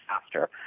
faster